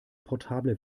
portable